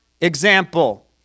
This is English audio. example